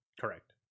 Correct